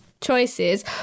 choices